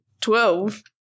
Twelve